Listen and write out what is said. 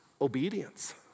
obedience